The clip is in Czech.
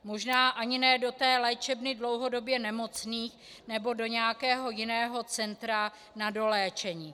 Možná ani ne do té léčebny dlouhodobě nemocných nebo do nějakého jiného centra na doléčení.